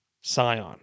Sion